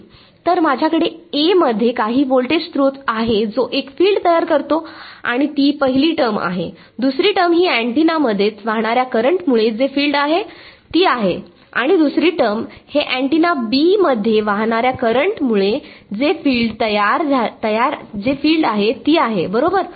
तर माझ्याकडे A मध्ये काही व्होल्टेज स्त्रोत आहे जो एक फील्ड तयार करतो आणि ती पहिली टर्म आहे दुसरी टर्म ही अँटिनामध्येच वाहणार्या करंटमुळे जे फील्ड आहे ती आहे आणि दुसरी टर्म हे अँटिना B मध्येमध्ये वाहणार्या करंटमुळे जे फील्ड आहे ती आहे बरोबर